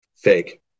Fake